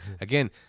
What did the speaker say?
again